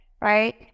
right